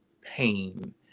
pain